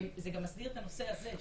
זה גם מסדיר את הנושא הזה,